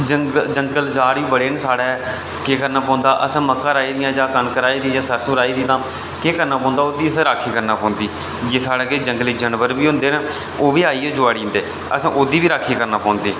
जंग जंगल जाड़ बी बड़े न साढ़ै केह् करना पौंदा असें मक्कां राही दियां जां कनक राही दी जां सरसों राही दी तां केह् करना पौंदा ओह्दी असें राक्खी करने पौंदी कि जे साढ़े किश जंगली जानवर बी होंदे न ओह् बी आइयै जोआड़ी जंदे असें ओह्दी बी राक्खी करने पौंदी